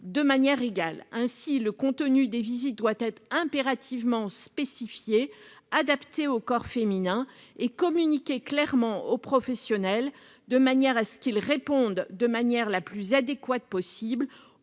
de manière égale ainsi le contenu des visites doit être impérativement spécifié adapté au corps féminin et communiquer clairement aux professionnels, de manière à ce qu'il réponde de manière la plus adéquate possible